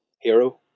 hero